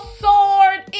sword